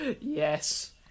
Yes